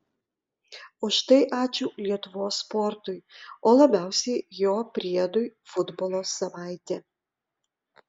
už tai ačiū lietuvos sportui o labiausiai jo priedui futbolo savaitė